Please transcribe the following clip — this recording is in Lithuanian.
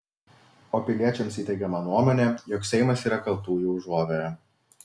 o piliečiams įteigiama nuomonė jog seimas yra kaltųjų užuovėja